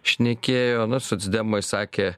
šnekėjo nu socdemai sakė